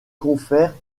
confère